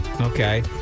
Okay